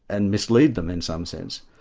and mislead them in some sense.